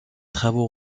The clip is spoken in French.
travaux